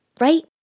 right